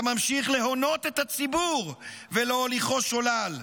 אתה ממשיך להונות את הציבור ולהוליכו שולל.